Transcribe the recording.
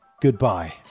goodbye